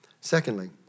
Secondly